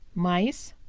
mice,